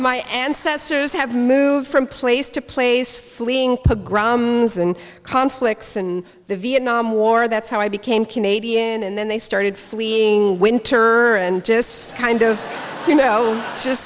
my ancestors have moved from place to place fleeing pogroms and conflicts and the vietnam war that's how i became canadian and then they started fleeing winter and just kind of you know just